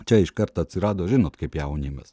čia iškart atsirado žinot kaip jaunimas